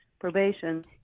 probation